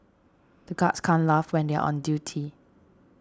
the guards can't laugh when they are on duty